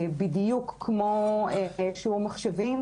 בדיוק כמו שיעור מחשבים,